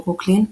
ברוקלין,